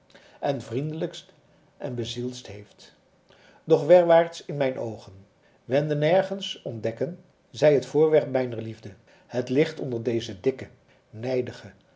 en vriendelijkst en bezieldst heeft doch werwaarts ik mijne oogen wende nergens ontdekken zij het voorwerp mijner liefde het ligt onder deze dikke nijdige